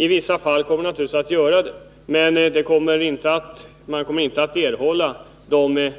I vissa fall kommer de naturligtvis att göra det, men avdragen kommer inte att ge de